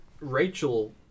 Rachel